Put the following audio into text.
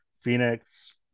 Phoenix